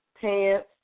pants